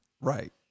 Right